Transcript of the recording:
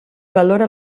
valora